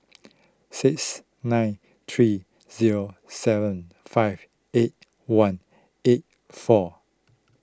six nine three zero seven five eight one eight four